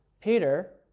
Peter